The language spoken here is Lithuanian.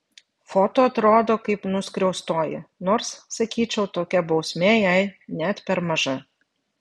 foto atrodo kaip nuskriaustoji nors sakyčiau tokia bausmė jai net per maža